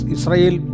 Israel